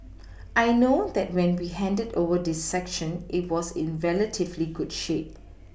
I know that when we handed over this section it was in relatively good shape